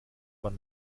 man